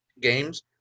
games